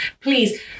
Please